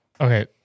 Okay